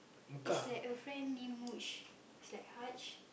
is like a friend name Muj is like Haj